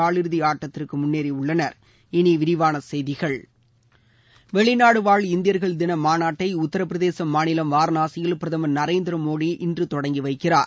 காலிறுதி ஆட்டத்திற்கு முன்னேறியுள்ளனர் இனி விரிவான செய்திகள் வெளிநாடு வாழ் இந்தியர்கள் தின மாநாட்டை உத்தரப்பிரதேச மாநிலம் வாரணாசியில் பிரதமர் நரேந்திரமோடி இன்று தொடங்கி வைக்கிறார்